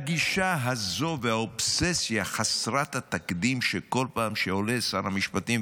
הגישה הזאת והאובססיה חסרת התקדים כל פעם שעולה שר המשפטים,